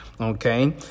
Okay